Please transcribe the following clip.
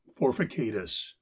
forficatus